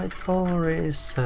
and four is,